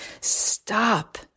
stop